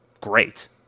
great